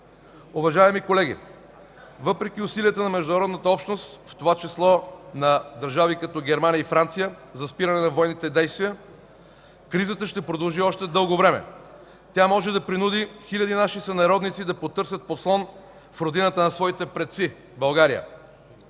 Уважаеми колеги, въпреки усилията на международната общност, в това число на държави като Германия и Франция, за спиране на военните действия, кризата ще продължи още дълго време. Тя може да принуди хиляди наши сънародници да потърсят подслон в родината на своите предци България.